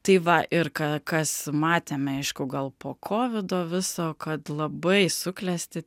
tai va ir ką kas matėme aišku gal po kovido viso kad labai suklesti